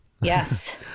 Yes